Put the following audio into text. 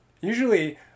usually